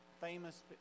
famous